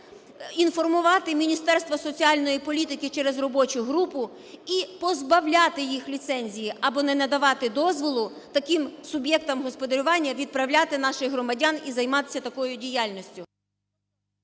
інформувати Міністерство соціальної політики через робочу групу і позбавляти їх ліцензії. Або не надавати дозволу таким суб'єктам господарювання відправляти наших громадян і займатися такою діяльністю…